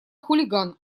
хулиган